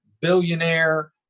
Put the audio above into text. billionaire